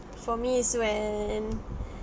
for me it's when